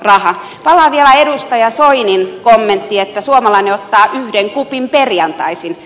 palaan vielä edustaja soinin kommenttiin että suomalainen ottaa yhden kupin perjantaisin